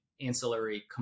ancillary